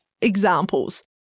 examples